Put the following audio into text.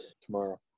tomorrow